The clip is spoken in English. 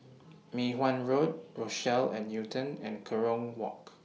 Mei Hwan Road Rochelle At Newton and Kerong Walk